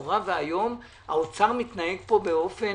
האוצר מתנהג פה באופן